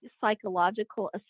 Psychological